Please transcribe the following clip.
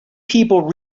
people